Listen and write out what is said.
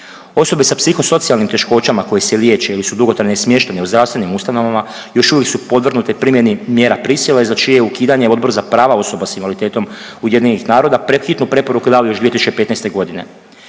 Osobe sa psihosocijalnim teškoćama koje se liječe ili su dugotrajno smještene u zdravstvenim ustanovama, još uvijek su podvrgnute primjeni mjerama prisile, za čije je ukidanje Odbor za prava osoba s invaliditetom UN-a hitnu preporuku dao još 2015. g.